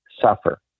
suffer